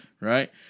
Right